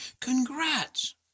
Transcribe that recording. congrats